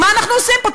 מה אנחנו עושים פה?